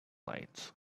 lights